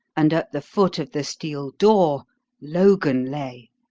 and at the foot of the steel door logan lay,